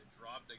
dropped